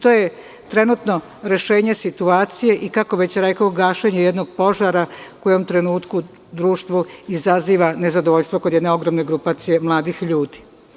To je trenutno rešenje situacije i, kako već rekoh, gašenje jednog požara koji u ovom trenutku u društvu izaziva nezadovoljstvo kod jedne ogromne grupacije mladih ljudi.